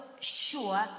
sure